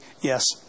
Yes